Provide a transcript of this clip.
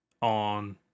on